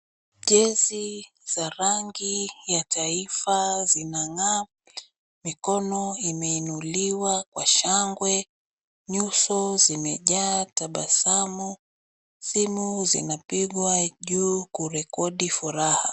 Jezi za rangi ya taifa zinang'aa, mikono imeinuliwa kwa shangwe, nyuso zimejaa tabasamu, simu zinapigwa juu kurekodi furaha.